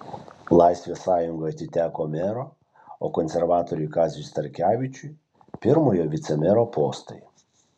laisvės sąjungai atiteko mero o konservatoriui kaziui starkevičiui pirmojo vicemero postai